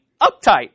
uptight